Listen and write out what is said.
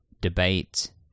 debate